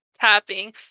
tapping